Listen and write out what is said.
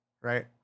Right